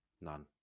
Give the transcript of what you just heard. none